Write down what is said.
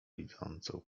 widzącą